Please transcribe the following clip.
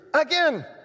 Again